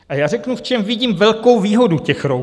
A já řeknu, v čem vidím velkou výhodu těch roušek.